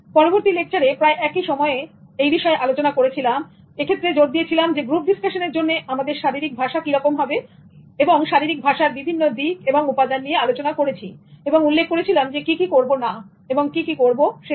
পরবর্তী লেকচারে প্রায় একই রকম বিষয়ে আলোচনা করেছিলাম কিন্তু এক্ষেত্রে জোর দিয়েছিলাম গ্রুপ ডিসকাশন এর জন্য আমাদের শারীরিক ভাষা কিরকম হবে সুতরাং শারীরিক ভাষার বিভিন্ন দিক এবং উপাদান নিয়ে আলোচনা করেছি এবং উল্লেখ করেছি কি কি করবো না এবং কি করব সেগুলো